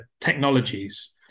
technologies